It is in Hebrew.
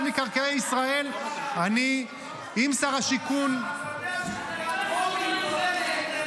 מקרקעי ישראל --- אתה יודע --- בוא נעשה את זה ביחד.